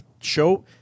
show